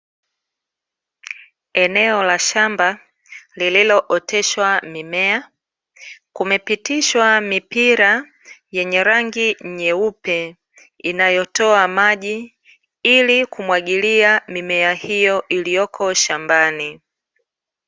Eneo la shamba lililooteshwa mimea, kumepitishwa mipira yenye rangi nyeupe, inayotoa maji ili kumwagilia mimea hiyo iliyopo shambani.